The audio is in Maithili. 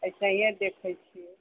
एसेहिए देखैत छियै